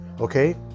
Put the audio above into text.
okay